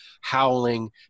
howling